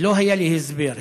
ולא היה לי הסבר.